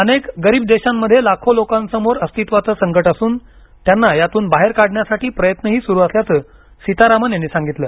अनेक गरीब देशांमध्ये लाखो लोकांसमोर अस्तित्वाचं संकट असून त्यांना यातून बाहेर काढण्यासाठी प्रयत्नही सुरू असल्याचं सीतारामन यांनी सांगितलं